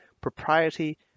propriety